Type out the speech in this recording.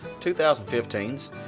2015's